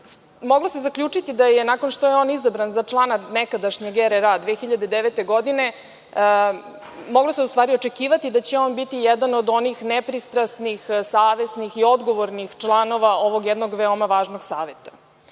se zaključiti, nakon što je izabran za člana nekadašnjeg RRA 2009. godine, odnosno moglo se očekivati da će on biti jedan od onih nepristrasnih, savesnih i odgovornih članova ovog važnog Saveta.U